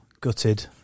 gutted